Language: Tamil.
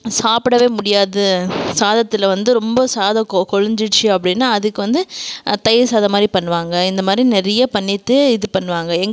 சாப்பிடவே முடியாது சாதத்தில் வந்து ரொம்ப சாதம் கொழைஞ்சிடிச்சி அப்படின்னா அதுக்கு வந்து தயிர் சாதம் மாதிரி பண்ணுவாங்க இந்த மாதிரி நிறையா பண்ணிவிட்டு இது பண்ணுவாங்க